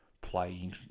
playing